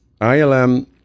ILM